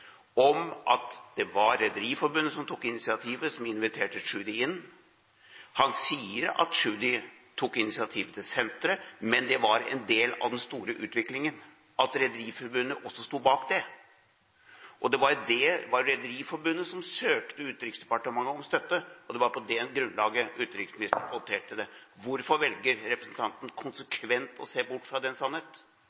om at det var Rederiforbundet som tok initiativet – som inviterte Tschudi inn. Han sier at Tschudi tok initiativet til senteret, men det var en del av den store utviklingen. Rederiforbundet sto også bak det. Det var Rederiforbundet som søkte Utenriksdepartementet om støtte, og det var på det grunnlaget utenriksministeren håndterte det. Hvorfor velger representanten